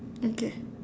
okay